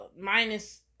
minus